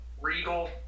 Regal